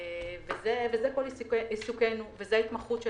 זה כל עיסוקנו וזו התמחותנו